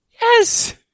Yes